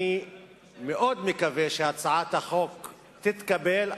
אני מאוד מקווה שהצעת החוק תתקבל,